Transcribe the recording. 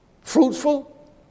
fruitful